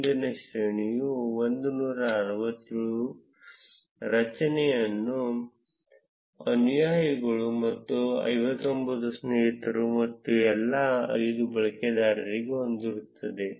ಮುಂದಿನ ಶ್ರೇಣಿಯು 167 ಅನುಯಾಯಿಗಳು ಮತ್ತು 59 ಸ್ನೇಹಿತರು ಮತ್ತು ಎಲ್ಲಾ 5 ಬಳಕೆದಾರರಿಗಾಗಿ ಇರುತ್ತದೆ